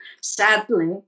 sadly